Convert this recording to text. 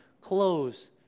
clothes